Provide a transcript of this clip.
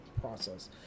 process